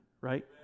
right